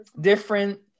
different